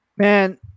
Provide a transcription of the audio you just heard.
Man